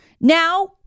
Now